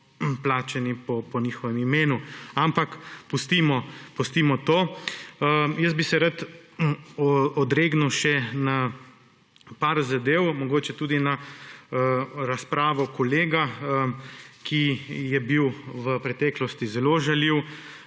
plačani po njihovem imenu, ampak pustimo to. Jaz bi se obregnil še na par zadev, mogoče tudi na razpravo kolega, ki je bil v preteklosti zelo žaljiv.